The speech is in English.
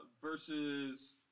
versus